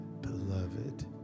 beloved